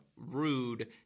Rude